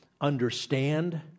understand